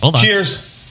Cheers